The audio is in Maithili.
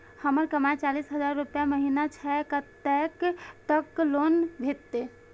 हमर कमाय चालीस हजार रूपया महिना छै कतैक तक लोन भेटते?